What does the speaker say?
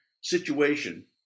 situation